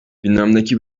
gündemdeki